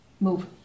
move